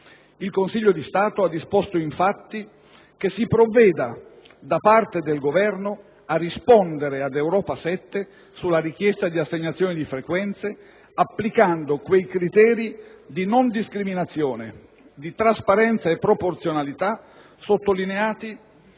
Il Consiglio di Stato ha disposto, infatti, che si provveda, da parte del Governo, a rispondere ad Europa 7 sulla richiesta di assegnazione di frequenze applicando quei criteri di non discriminazione, di trasparenza e di proporzionalità sottolineati